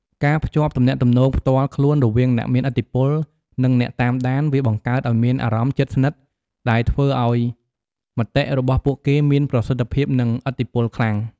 ការភ្ជាប់ទំនាក់ទំនងផ្ទាល់ខ្លួនរវាងអ្នកមានឥទ្ធិពល និងអ្នកតាមដាន វាបង្កើតឱ្យមានអារម្មណ៍ជិតស្និទ្ធ ដែលធ្វើឱ្យមតិរបស់ពួកគេមានប្រសិទ្ធិភាព និងឥទ្ធិពលខ្លាំង។